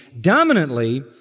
dominantly